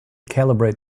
calibrate